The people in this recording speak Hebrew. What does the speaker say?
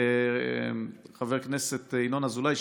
חבר הכנסת ינון אזולאי,